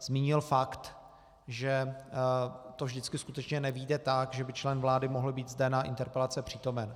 zmínil fakt, že to vždycky skutečně nevyjde tak, že by člen vlády mohl být zde na interpelacích přítomen.